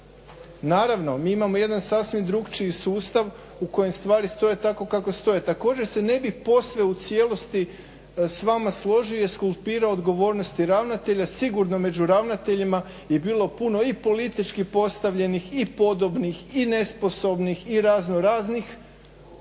Naravno, mi imamo jedan sasvim drukčiji sustav u kojem stvari stoje tako kako stoje. Također se ne bih poslije u cijelosti s vama složio skulpirao odgovornosti ravnatelja, sigurno među ravnateljima bilo puno i politički postavljenih podobnih i nesposobnih i razno raznih,